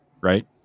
Right